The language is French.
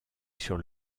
sur